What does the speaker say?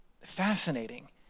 fascinating